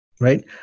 Right